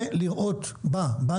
הוועדה קוראת למשתתפים לראות בנו,